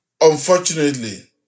Unfortunately